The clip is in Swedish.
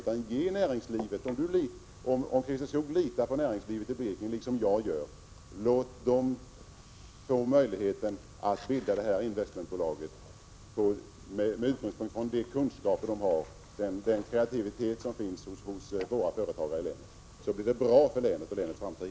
Om nu Christer Skoog, liksom jag, litar på näringslivet i Blekinge, låt då näringslivet få möjlighet att bilda detta investmentbolag med utgångspunkt från de kunskaper och den kreativitet som finns hos våra företagare i länet. Då blir det bra för länet och dess framtid.